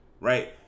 right